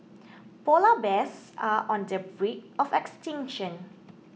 Polar Bears are on the brink of extinction